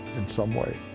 in some way.